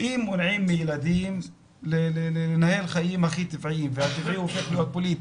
אם מונעים מילדים לנהל חיים הכי טבעיים והטבעי הופך להיות פוליטי?